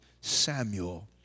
Samuel